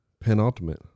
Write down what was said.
penultimate